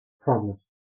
problems